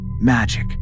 magic